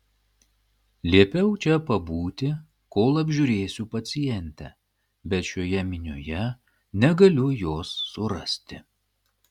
liepiau čia pabūti kol apžiūrėsiu pacientę bet šioje minioje negaliu jos surasti